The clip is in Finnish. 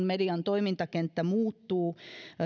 median toimintakenttä muuttuu